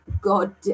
God